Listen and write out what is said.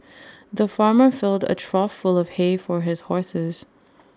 the farmer filled A trough full of hay for his horses